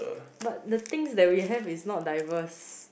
but the things that we have is not diverse